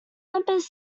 members